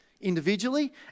individually